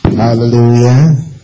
Hallelujah